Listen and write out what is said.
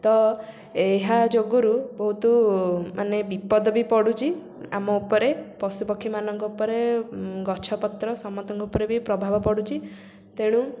ତ ଏହା ଯୋଗୁରୁ ବହୁତ ମାନେ ବିପଦ ବି ପଡ଼ୁଛି ଆମ ଉପରେ ପଶୁପକ୍ଷୀମାନଙ୍କ ଉପରେ ଗଛପତ୍ର ସମତଙ୍କ ଉପରେ ବି ପ୍ରଭାବ ପଡ଼ୁଛି ତେଣୁ